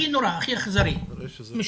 הכי אכזרי,